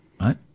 right